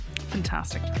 Fantastic